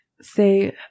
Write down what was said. say